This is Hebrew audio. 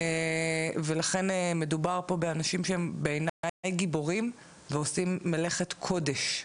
לכן מדובר פה באנשים שהם בעיניי גיבורים ועושים מלאכת קודש.